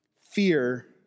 fear